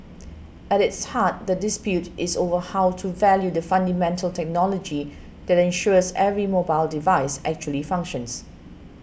at its heart the dispute is over how to value the fundamental technology that ensures every mobile device actually functions